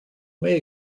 may